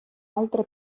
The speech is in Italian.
altre